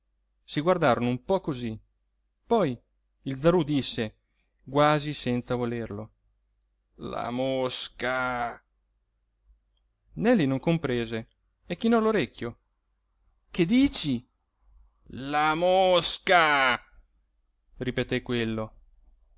si guardarono un po cosí poi il zarú disse quasi senza volerlo la mosca neli non comprese e chinò l'orecchio che dici la mosca ripeté quello